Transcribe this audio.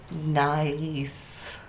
Nice